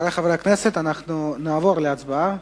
חברי חברי הכנסת, אנחנו נעבור להצבעה.